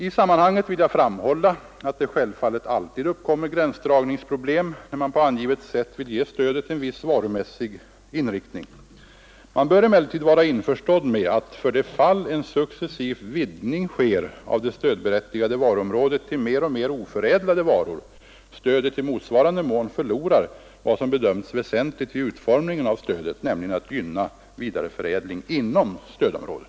I sammanhanget vill jag framhålla, att det självfallet alltid uppkommer gränsdragningsproblem, när man på angivet sätt vill ge stödet en viss varumässig inriktning. Man bör emellertid vara införstådd med att, för det fall en successiv vidgning sker av det stödberättigade varuområdet till mer och mer oförädlade varor, stödet i motsvarande mån förlorar vad som bedömts väsentligt vid utformningen av stödet, nämligen att gynna vidareförädling inom stödområdet.